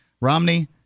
Romney